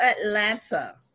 Atlanta